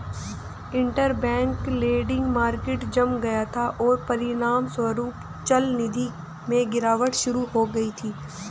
interbank lending market जम गया था, और परिणामस्वरूप चलनिधि में गिरावट शुरू हो गई थी